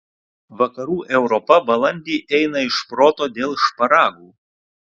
vakarų europa balandį eina iš proto dėl šparagų